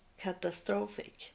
catastrophic